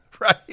Right